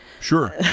Sure